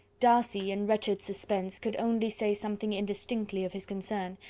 darcy, in wretched suspense, could only say something indistinctly of his concern,